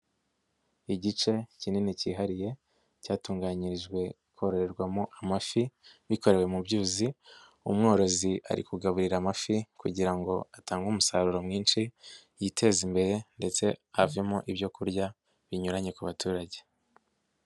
Igice kinini kihariye cyatunganyirijwe kororerwamo amafi bikorewe mu byuzi, umworozi ari kugaburira amafi kugira ngo atange umusaruro mwinshi, yiteza imbere ndetse avemo ibyo kurya binyuranye ku baturage.